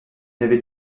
n’avez